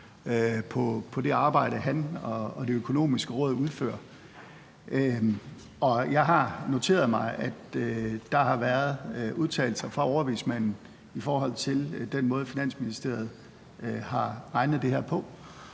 på det arbejde, han og Det Økonomiske Råd udfører. Og jeg har noteret mig, at der har været udtalelser fra overvismanden om den måde, Finansministeriet har udregnet det her på,